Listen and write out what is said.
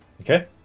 Okay